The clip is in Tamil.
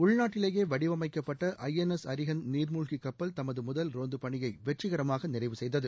உள்நாட்டிலேயே வடிவமைக்கப்பட்ட ஐ என் எஸ் அரிஹந்த் நீர்மூழ்கி கப்பல் தமது முதல் ரோந்துப் பணியை வெற்றிகரமாக நிறைவு செய்தது